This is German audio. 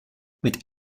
mit